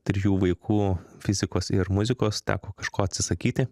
trijų vaikų fizikos ir muzikos teko kažko atsisakyti